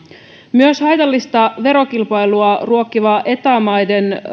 myös haitallista verokilpailua ruokkivaa eta maiden